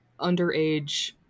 underage